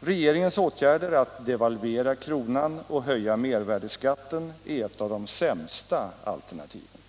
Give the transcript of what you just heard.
Regeringens åtgärder att devalvera kronan och höja mervärdeskatten är ett av de sämsta alternativen.